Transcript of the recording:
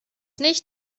nicht